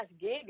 gig